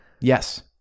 Yes